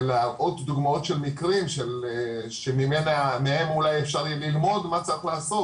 להראות דוגמאות של מקרים שמהם אולי יהיה אפשר ללמוד מה צריך לעשות,